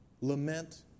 lament